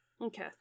Okay